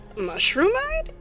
mushroom-eyed